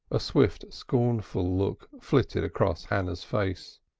a swift, scornful look flitted across hannah's face.